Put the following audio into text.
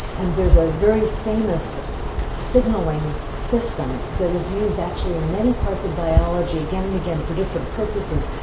and there is a very famous signalling system that is used actually in many parts of biology again and again for different purposes,